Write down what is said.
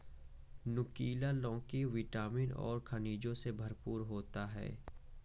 नुकीला लौकी विटामिन और खनिजों से भरपूर होती है